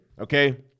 okay